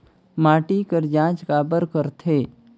माटी कर जांच काबर करथे?